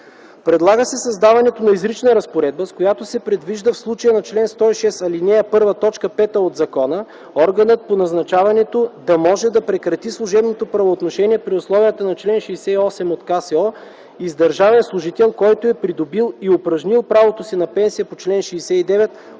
Предлага се създаването на изрична разпоредба, с която се предвижда в случая на чл. 106, ал. 1, т. 5 от закона органът по назначаването да може да прекрати служебното правоотношение при условията на чл. 68 от Кодекса за социално осигуряване и с държавен служител, който е придобил и упражнил правото си на пенсия по чл. 69 от